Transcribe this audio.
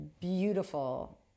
beautiful